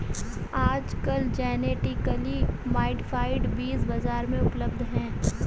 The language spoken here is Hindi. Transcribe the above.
आजकल जेनेटिकली मॉडिफाइड बीज बाजार में उपलब्ध है